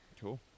cool